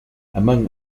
among